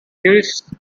chris